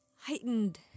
heightened